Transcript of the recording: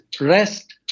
rest